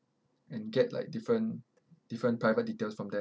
and get like different different private details from them